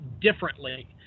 differently